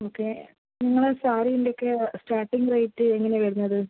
okay നിങ്ങളുടെ സാരീലൊക്കെ starting rate എങ്ങനെയാണ് വരുന്നത്